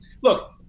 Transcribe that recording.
look